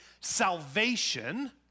salvation